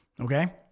Okay